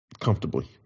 comfortably